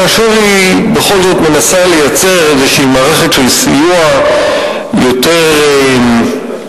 כאשר היא בכל זאת מנסה לייצר איזו מערכת של סיוע יותר מתקדם,